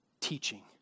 teaching